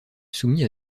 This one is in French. soumis